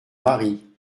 mari